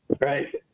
right